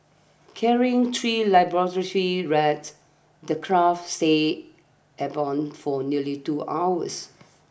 carrying three laboratory rats the craft stayed airborne for nearly two hours